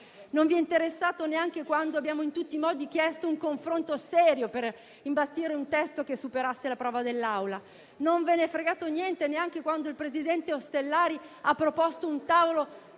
Non vi è interessato neanche quando abbiamo in tutti i modi chiesto un confronto serio per imbastire un testo che superasse la prova dell'Assemblea. Non ve n'è fregato niente quando il presidente Ostellari ha proposto un tavolo